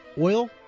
oil